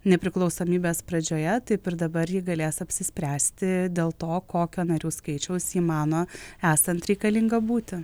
nepriklausomybės pradžioje taip ir dabar ji galės apsispręsti dėl to kokio narių skaičiaus ji mano esant reikalinga būti